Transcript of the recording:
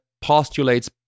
postulates